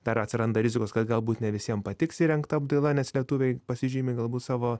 dar atsiranda rizikos kad galbūt ne visiem patiks įrengta apdaila nes lietuviai pasižymi galbūt savo